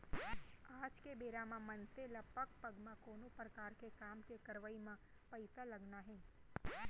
आज के बेरा म मनसे ल पग पग म कोनो परकार के काम के करवई म पइसा लगना हे